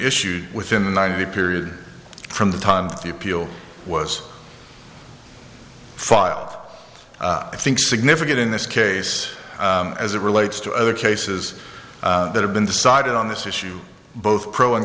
issued within the new period from the time the appeal was filed i think significant in this case as it relates to other cases that have been decided on this issue both pro and